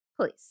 Please